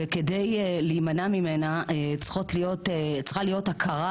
וכדי להימנע ממנה צריכה להיות הכרה